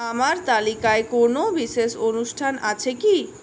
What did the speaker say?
আমার তালিকায় কোনও বিশেষ অনুষ্ঠান আছে কি